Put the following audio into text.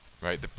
right